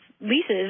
leases